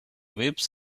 waves